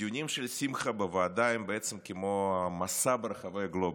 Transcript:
הדיונים של שמחה בוועדה הם בעצם כמו מסע ברחבי הגלובוס.